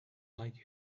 like